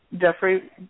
Jeffrey